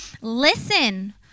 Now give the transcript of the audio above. Listen